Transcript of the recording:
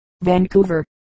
Vancouver